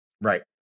Right